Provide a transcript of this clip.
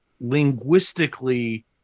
linguistically